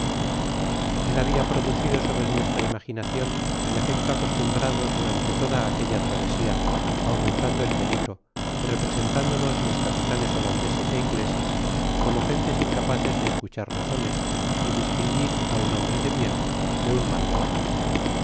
el habia producido sobre nuestra imaginacion el efecto acostumbrado durante toda aquella travesia aumentando el peligro y representandonos los capitanes holandeses éingleses como gentes incapaces de escuchar razones y distinguir á un hombre de bien de un malvado